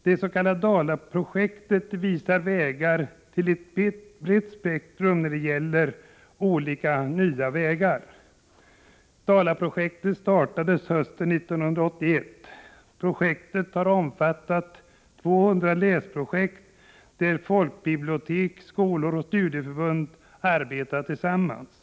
Det s.k. Dalaprojektet visar ett brett spektrum av nya sådana vägar. Dalaprojektet, som startades hösten 1981, har omfattat ca 200 läsprojekt där folkbibliotek, skolor och studieförbund arbetat tillsammans.